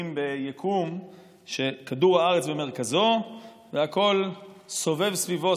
ביקום שכדור הארץ במרכזו והכול סובב סביבו,